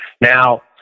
Now